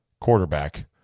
quarterback